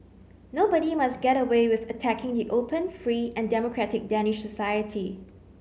nobody must get away with attacking the open free and democratic Danish society